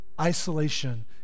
isolation